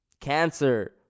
cancer